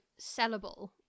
sellable